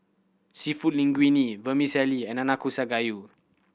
Seafood Linguine Vermicelli and Nanakusa Gayu